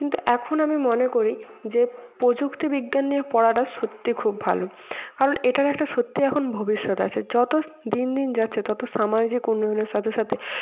কিন্তু এখন আমি মনে করি যে প্রযুক্তি বিজ্ঞান নিয়ে পড়াটা সত্যিই খুব ভালো কারণ এটার একটা সত্যিই এখন ভবিষ্যৎ আছে যত দিন দিন যাচ্ছে তত সামাজিক উন্নয়নের সাথে সাথে